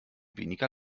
weniger